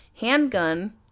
handgun